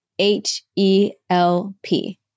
H-E-L-P